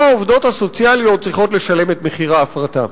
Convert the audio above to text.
לא העובדות הסוציאליות צריכות לשלם את מחיר ההפרטה.